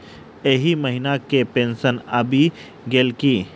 एहि महीना केँ पेंशन आबि गेल की